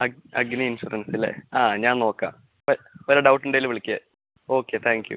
അഗ് Agni insurance അല്ലേ ആ ഞാൻ നോക്കാം വല്ല ഡൗട്ട് ഉണ്ടെങ്കിൽ വിളിക്കാം ഓക്കെ താങ്ക് യു